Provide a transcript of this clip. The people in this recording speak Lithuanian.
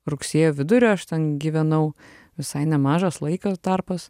rugsėjo vidurio aš ten gyvenau visai nemažas laika tarpas